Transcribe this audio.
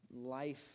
life